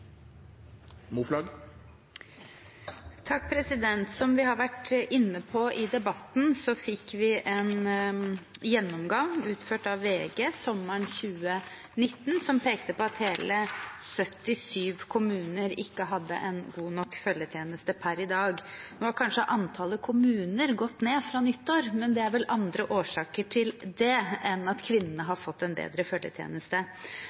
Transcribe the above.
Som vi har vært inne på i debatten, fikk vi en gjennomgang – utført av VG – sommeren 2019, som pekte på at hele 77 kommuner ikke hadde en god nok følgetjeneste per i dag. Antallet kommuner har vel kanskje gått ned fra nyttår, men det er vel andre årsaker til det enn at kvinnene har fått en bedre følgetjeneste.